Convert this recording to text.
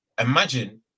imagine